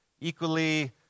equally